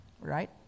Right